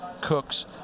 cooks